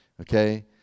Okay